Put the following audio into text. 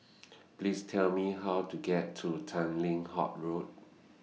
Please Tell Me How to get to Tanglin Halt Road